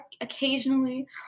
occasionally